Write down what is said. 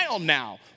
now